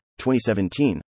2017